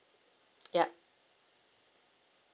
yup